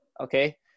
Okay